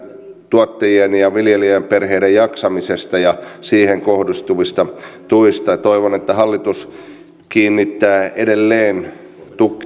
tuottajien ja viljelijäperheiden jaksamisesta ja siihen kohdistuvista tuista toivon että hallitus kiinnittää edelleen